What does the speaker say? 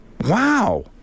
wow